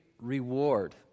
reward